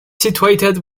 situated